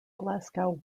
glasgow